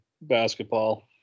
basketball